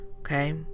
okay